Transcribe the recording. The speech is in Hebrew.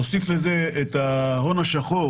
המסקנה היא שכלל שאתם מצליחים יותר,